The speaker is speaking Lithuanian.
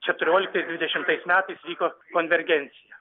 keturioliktais dvidešimtais metais vyko konvergencija